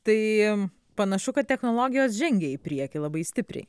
tai panašu kad technologijos žengia į priekį labai stipriai